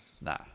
Nah